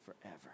forever